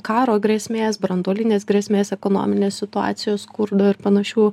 karo grėsmės branduolinės grėsmės ekonominės situacijos skurdo ir panašių